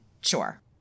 sure